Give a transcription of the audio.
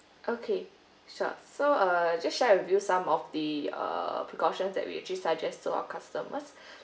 okay sure so uh just share with you some of the uh precautions that we actually suggest to our customers